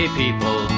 people